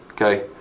Okay